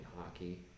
hockey